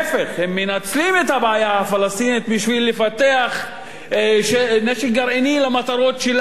הם מנצלים את הבעיה הפלסטינית בשביל לפתח נשק גרעיני למטרות שלהם.